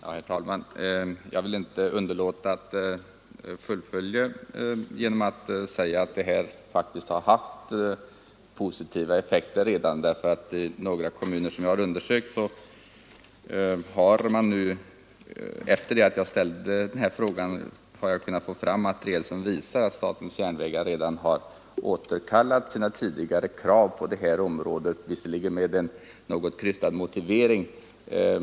Herr talman! Jag kan inte underlåta att nämna att min fråga faktiskt redan har haft positiva effekter. Sedan jag framställde min fråga har man nämligen i några kommuner som jag undersökt fått fram material som visar att statens järnvägar redan har återkallat sina tidigare krav, även om det har skett med en något krystad motivering.